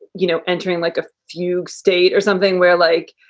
you know, entering like a fugue state or something where like,